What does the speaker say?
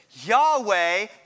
Yahweh